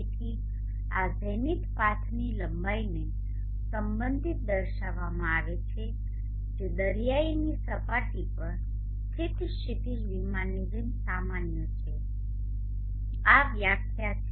તેથી આ ઝેનિથ પાથની લંબાઈને સંબંધિત દર્શાવવામાં આવે છે જે દરિયાની સપાટી પર સ્થિત ક્ષિતિજ વિમાનની જેમ સામાન્ય છે આ વ્યાખ્યા છે